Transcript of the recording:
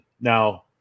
now